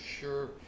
sure